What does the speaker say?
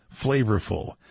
flavorful